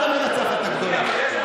את המנצחת הגדולה.